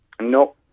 No